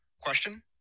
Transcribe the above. Question